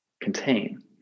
contain